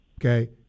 Okay